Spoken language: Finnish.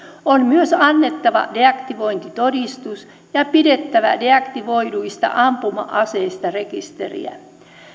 on myös annettava deaktivointitodistus ja pidettävä deaktivoiduista ampuma aseista rekisteriä